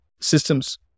systems